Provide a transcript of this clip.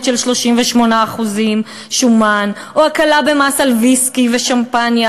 38% שומן או הקלה במס על ויסקי ושמפניה.